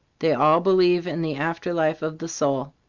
they all believe in the after life of the soul.